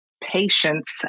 patience